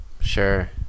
sure